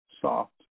Soft